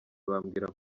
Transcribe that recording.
bambwiraga